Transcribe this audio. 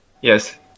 yes